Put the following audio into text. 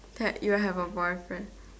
had you have a boyfriend